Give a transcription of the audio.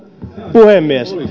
puhemies